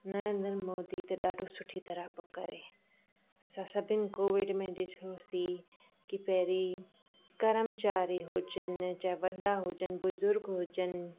नरेंद्र मोदी त ॾाढो सुठी तरह पोइ करे असां सभिनि कोविड में ॾिठोसि की पहिरीं कर्मचारी हुजनि चाहे वॾा हुजनि बुज़ुर्ग हुजनि